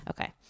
Okay